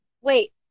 Wait